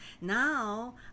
Now